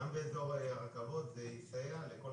גם באזור הרכבות, זה יסייע לכל